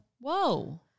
Whoa